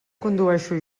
condueixo